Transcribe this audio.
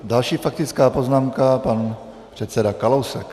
Další faktická poznámka, pan předseda Kalousek.